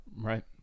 Right